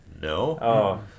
No